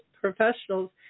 professionals